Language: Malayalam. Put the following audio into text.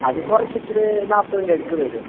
അത് കുറച്ചിട്ട് നാൽപ്പതിൻ്റെ അടുത്ത് വരും